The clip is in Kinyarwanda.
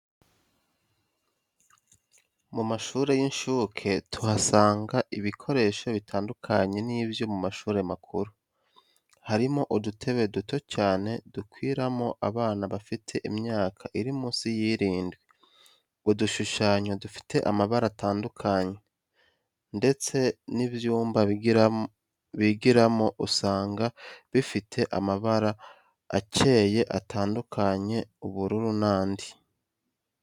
Mu ma shuri y'inshuke tuhasanga ibikoresho bitandukanye nibyo mu ma shuri makuru, harimo udutebe duto cyane dukwirwamo abana bafite imyaka iri munsi y'irindwi, udushushanyo dufite amabara atandukanye, ndetse n'ibyumba bigiramo usanga bifite amabara acyeye atandukanye, ubururu n'andi.